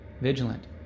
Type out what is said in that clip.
vigilant